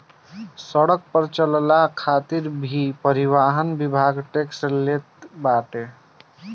सड़क पअ चलला खातिर भी परिवहन विभाग टेक्स लेट बाटे